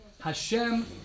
Hashem